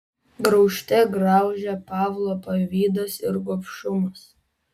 graužte graužė pavlą pavydas ir gobšumas